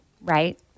right